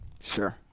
Sure